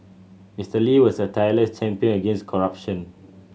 Mister Lee was a tireless champion against corruption